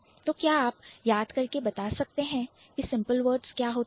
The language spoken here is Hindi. तो क्या आप याद करके बता सकते हैं कि सिंपल वर्ड्स क्या होते हैं